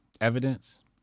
evidence